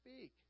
speak